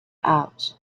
out